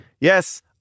Yes